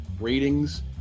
ratings